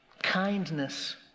kindness